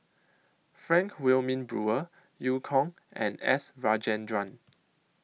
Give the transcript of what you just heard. Frank Wilmin Brewer EU Kong and S Rajendran